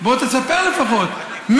בוא תספר לפחות,